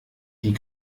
die